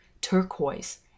turquoise